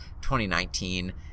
2019